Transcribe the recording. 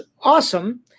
awesome